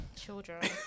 children